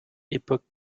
époque